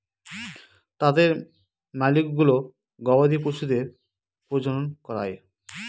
তাদের মালিকগুলো গবাদি পশুদের প্রজনন করায়